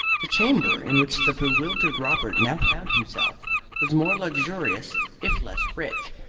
the chamber in which the bewildered robert now found himself was more luxurious, if less rich,